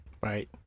right